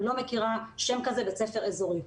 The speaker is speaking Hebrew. אני לא מכירה שם כזה, בית ספר אזורי.